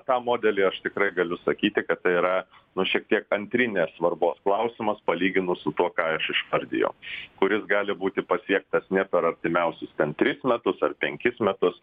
tą modelį aš tikrai galiu sakyti kad tai yra nu šiek tiek antrinės svarbos klausimas palyginus su tuo ką aš išvardijau kuris gali būti pasiektas ne per artimiausius ten tris metus ar penkis metus